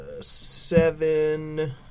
Seven